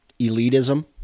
elitism